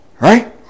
Right